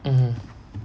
mmhmm